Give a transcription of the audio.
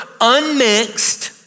unmixed